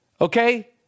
Okay